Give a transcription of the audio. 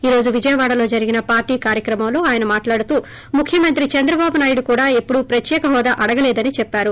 ఈ రోజు విజయవాడలో జరిగిన పార్టీ కార్యక్రమంలో అయన మాట్లాడుతూ ముఖ్యమంత్రి చంద్రబాబునాయుడు కూడా ఎపుడు ప్రత్యేక హోదా అడగలేదని చెప్పారు